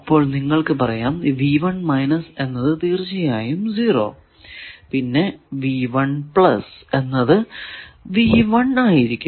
അപ്പോൾ നിങ്ങൾക്കു പറയാം എന്നത് തീർച്ചയായും 0 പിന്നെ എന്നത് ആയിരിക്കും